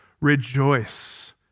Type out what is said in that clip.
rejoice